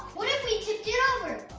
what if we tipped it over?